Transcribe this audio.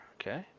Okay